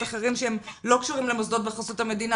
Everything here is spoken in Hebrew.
אחרים שהם לא קשורים למוסדות בחסות המדינה,